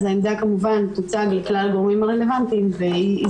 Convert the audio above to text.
אז העמדה כמובן תוצג לכלל הגורמים הרלוונטיים והיא